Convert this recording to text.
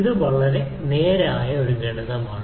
ഇത് വളരെ നേരായ ലളിതമായ ഗണിതമാണ്